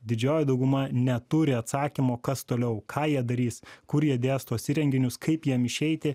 didžioji dauguma neturi atsakymo kas toliau ką jie darys kur jie dės tuos įrenginius kaip jiem išeiti